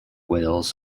whales